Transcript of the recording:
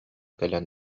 кэлэн